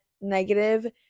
negative